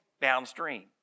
downstream